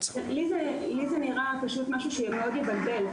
לי זה נראה משהו שמאוד יבלבל.